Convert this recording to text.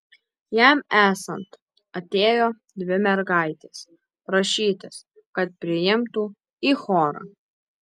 jam esant atėjo dvi mergaitės prašytis kad priimtų į chorą